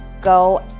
go